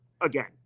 again